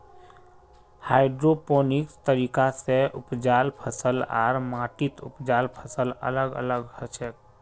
hydroponics तरीका स उपजाल फसल आर माटीत उपजाल फसल अलग अलग हछेक